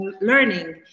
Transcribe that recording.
learning